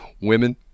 Women